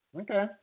Okay